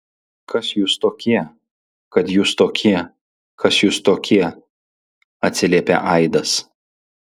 kas jūs tokie kad jūs tokie kas jūs tokie atsiliepė aidas